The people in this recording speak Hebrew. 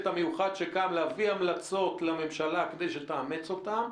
המיוחד שקם להביא המלצות לממשלה כדי שתאמץ אותן.